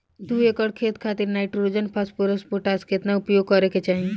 दू एकड़ खेत खातिर नाइट्रोजन फास्फोरस पोटाश केतना उपयोग करे के चाहीं?